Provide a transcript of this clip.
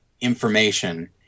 information